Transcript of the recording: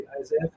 Isaiah